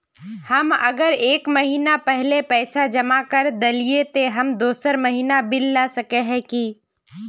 हम अगर एक महीना पहले पैसा जमा कर देलिये ते हम दोसर महीना बिल ला सके है की?